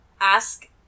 ask